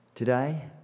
today